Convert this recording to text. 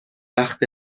وقت